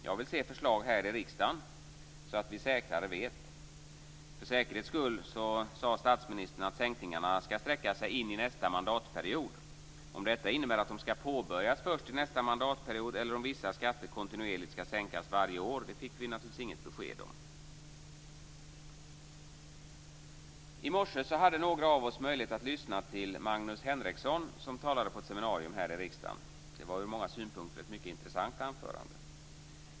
Jag vill se förslag här i riksdagen, så att vi säkrare vet. För säkerhets skulle sade statsministern att sänkningarna skall sträcka sig in i nästa mandatperiod. Om detta innebär att de skall påbörjas först i nästa mandatperiod eller om vissa skatter kontinuerligt skall sänkas varje år fick vi inget besked om. I morse hade några av oss möjlighet att lyssna till Magnus Henrekson, som talade på ett seminarium här i riksdagen. Det var ur många synpunkter ett mycket intressant anförande.